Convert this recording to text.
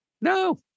No